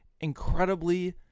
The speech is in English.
incredibly